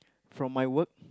from my work